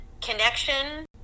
connection